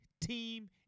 team